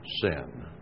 sin